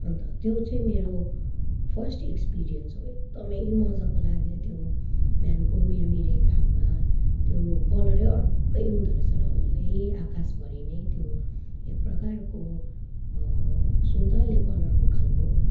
अन्त त्यो चाहिँ मेरो फर्स्ट एक्सपिरियन्स हो एकदमै मजाको लाग्यो त्यो बिहानको मिरमिरे घाममा त्यो कलरै अर्कै हुँदो रहेछ डल्लै आकाशभरि नै त्यो एक प्रकारको सुन्तले कलरको खाले